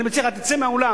אני מציע לך, תצא מהאולם.